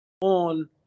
on